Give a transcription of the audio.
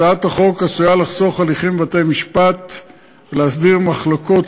הצעת החוק עשויה לחסוך הליכים בבתי-משפט ולהסדיר מחלוקות